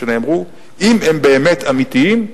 אם הם באמת אמיתיים,